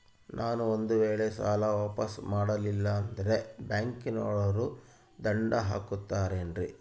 ನಾನು ಒಂದು ವೇಳೆ ಸಾಲ ವಾಪಾಸ್ಸು ಮಾಡಲಿಲ್ಲಂದ್ರೆ ಬ್ಯಾಂಕನೋರು ದಂಡ ಹಾಕತ್ತಾರೇನ್ರಿ?